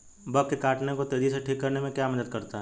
Bug के काटने को तेजी से ठीक करने में क्या मदद करता है?